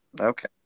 Okay